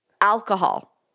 Alcohol